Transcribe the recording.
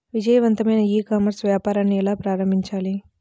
విజయవంతమైన e commerce వ్యాపారాన్ని ఎలా ప్రారంభించాలి?